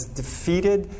defeated